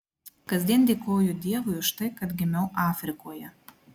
kasdien dėkoju dievui už tai kad gimiau afrikoje